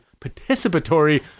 participatory